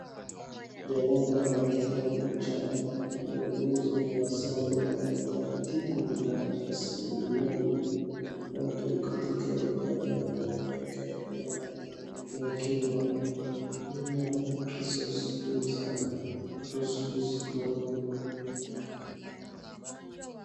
Jalada la kitabu cha muongozo wa sare na taratibu za rasilimali. Watu katika idara ya mahakama ya Kenya. Human resource policies and procedures manual .